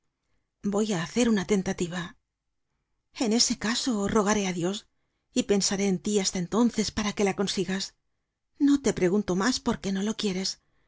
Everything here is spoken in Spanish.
voy á hacer una tentativa en ese caso rogaré á dios y pensaré en tí hasta entonces para que la consigas no te pregunto mas porque no lo quieres